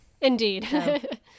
Indeed